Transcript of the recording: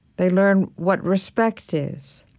they learn what respect is